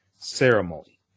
Ceremony